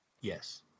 Yes